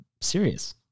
serious